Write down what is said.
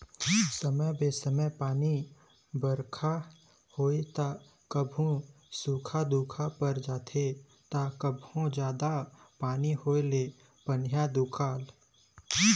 समे बेसमय पानी बरखा होइस त कभू सुख्खा दुकाल पर जाथे त कभू जादा पानी होए ले पनिहा दुकाल